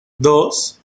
dos